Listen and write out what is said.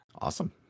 Awesome